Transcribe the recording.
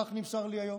כך נמסר לי היום,